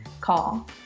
call